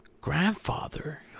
grandfather